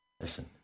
Listen